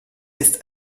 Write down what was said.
ist